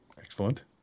Excellent